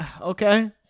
Okay